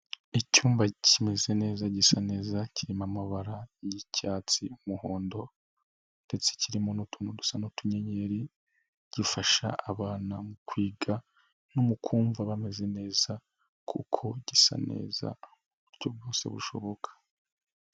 Icyumba kimeze neza gisa neza kirimo amabara y'icyatsi, umuhondo ndetse kirimo n'utuntu dusa n'utu nyenyeri, gifasha abana mu kwiga no mu kumva bameze neza kuko gisa neza uburyo bwose bushoboka.